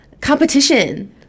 competition